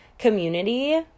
community